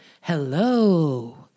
Hello